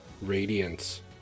radiance